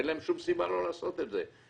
אין להם שום סיבה לא לעשות את זה.